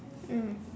mm